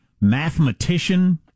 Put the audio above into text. mathematician